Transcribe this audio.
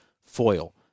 foil